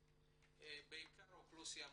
בעיקר אוכלוסייה מבוגרת.